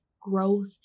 growth